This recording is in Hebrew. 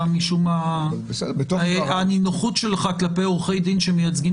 שם משום מה הנינוחות שלך כלפי עורכי דין שמייצגים